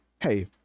Hey